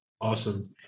awesome